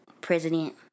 president